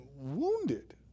wounded